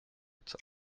zur